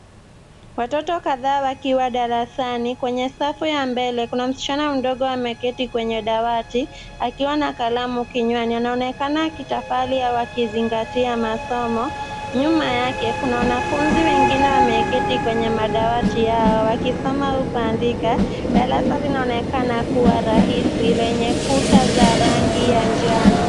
Watoto kadhaa wakiwa darasani, kwenye safu ya mbele kuna msichana mdogo ameketi kwenye dawati akiwa na kalamu kinywani anaonekana akitafari au akizingatia masomo, nyuma yake kuna wanafunzi wengine wameketi kwenye madawati yao wakisoma au kuandika, darasa linaonekana kuwa rahisi lenye kuta za rangi ya njano.